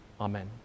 Amen